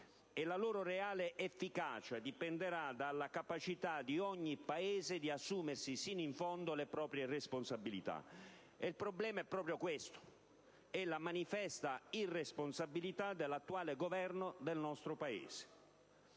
e la loro reale efficacia dipenderà dalla capacità di ogni Paese di assumersi fino in fondo le proprie responsabilità. Ebbene, il problema è proprio questo: la manifesta irresponsabilità dell'attuale Governo del nostro Paese.